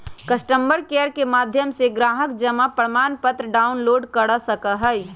customer care के माध्यम से ग्राहक जमा प्रमाणपत्र डाउनलोड कर सका हई